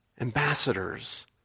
Ambassadors